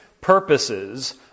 purposes